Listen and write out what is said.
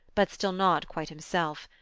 but still not quite himself.